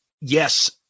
yes